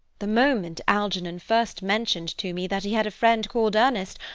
the moment algernon first mentioned to me that he had a friend called ernest,